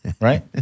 right